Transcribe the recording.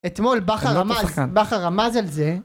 אתמול בכר רמז על זה